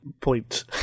point